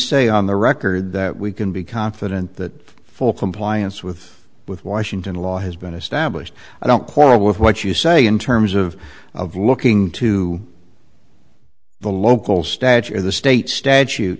say on the record that we can be confident that full compliance with with washington law has been established i don't quarrel with what you say in terms of of looking to the local stature the state statu